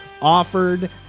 offered